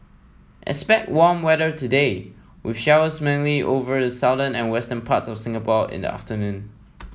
expect warm weather today with showers mainly over the southern and western parts of Singapore in the afternoon